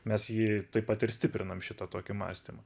mes jį taip pat ir stiprinam šitą tokį mąstymą